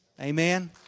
Amen